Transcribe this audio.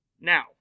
Now